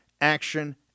action